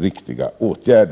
riktiga åtgärder.